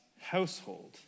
household